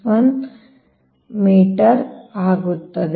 611 meter ಆಗುತ್ತದೆ